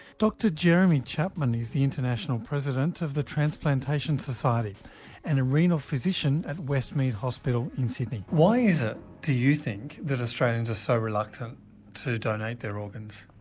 dr jeremy chapman is the international president of the transplantation society and a renal physician at westmead hospital in sydney. why is it do you think that australians are so reluctant to donate their organs?